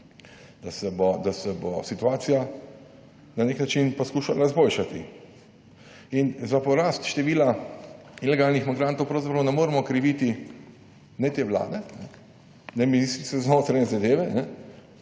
in se bo situacijo na nek način poskušalo izboljšati. Za porast števila ilegalnih migrantov pravzaprav ne moremo kriviti ne te Vlade ne ministrice za notranje zadeve,